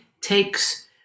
takes